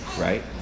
right